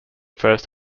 first